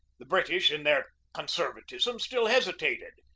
the british in their conservatism still hesitated,